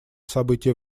события